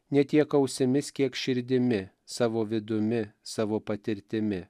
ne tiek ausimis kiek širdimi savo vidumi savo patirtimi